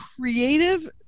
creative